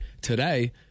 today